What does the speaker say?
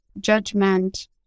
judgment